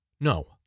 No